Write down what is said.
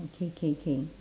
okay okay okay